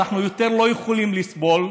אנחנו יותר לא יכולים לסבול,